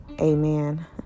Amen